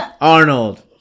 Arnold